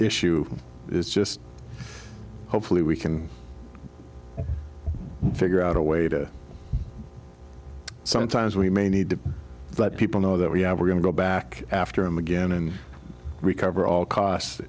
issue is just hopefully we can figure out a way to sometimes we may need to let people know that we have we're going to go back after him again and recover all costs